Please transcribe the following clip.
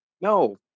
no